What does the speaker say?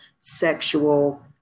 sexual